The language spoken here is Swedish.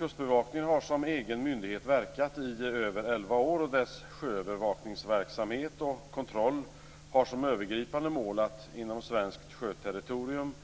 Kustbevakningen har som egen myndighet verkat i över elva år, och dess sjöövervakningsverksamhet och kontroll har som övergripande mål att inom svenskt sjöterritorium